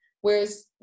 Whereas